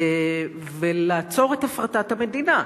ולעצור את הפרטת המדינה.